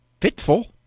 fitful